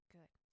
Good